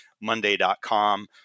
monday.com